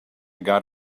got